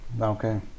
Okay